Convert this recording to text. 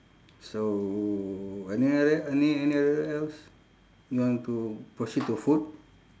so any other any any other else you want to proceed to food